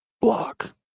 Block